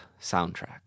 soundtrack